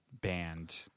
band